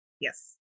Yes